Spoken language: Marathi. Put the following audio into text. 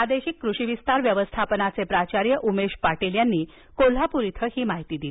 प्रादेशिक कृषी विस्तार व्यवस्थापनाचे प्राचार्य उमेश पाटील यांनी कोल्हापूर इथे काल ही माहिती दिली